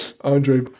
Andre